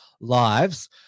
lives